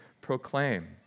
proclaim